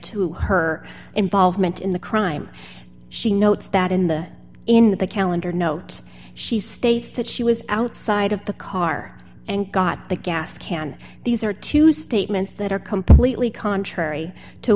to her involvement in the crime she notes that in the in the calendar note she states that she was outside of the car and got the gas can these are two statements that are completely contrary to